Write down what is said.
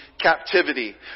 captivity